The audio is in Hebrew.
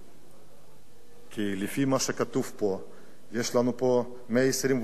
כי לפי מה שכתוב פה, יש לנו פה 121 חברי כנסת.